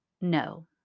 No